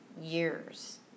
years